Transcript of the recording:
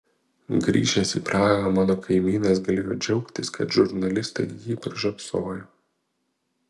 grįžęs į prahą mano kaimynas galėjo džiaugtis kad žurnalistai jį pražiopsojo